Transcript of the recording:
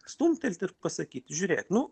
stumtelti ir pasakyt žiūrėk nu